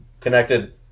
connected